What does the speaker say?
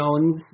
Jones